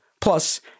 Plus